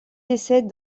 décède